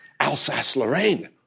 Alsace-Lorraine